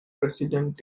president